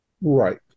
Right